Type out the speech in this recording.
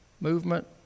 movement